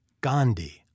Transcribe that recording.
Gandhi